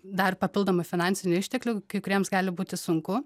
dar papildomų finansinių išteklių kai kuriems gali būti sunku